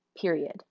period